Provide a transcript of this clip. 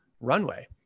runway